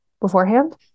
beforehand